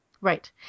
Right